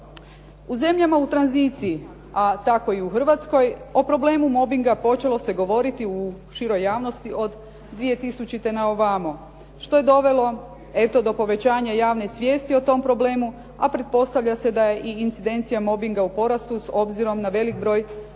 U zemljama u tranziciji a tako i u Hrvatskoj o problemu mobinga počelo se govoriti u široj javnosti od 2000. na ovamo, što je dovelo eto do povećanja javne svijesti o tome problemu a pretpostavlja se da je i incidencija mobinga u porastu obzirom na velik broj